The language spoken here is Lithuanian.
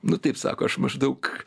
nu taip sako aš maždaug